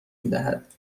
میدهد